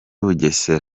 bugesera